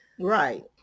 Right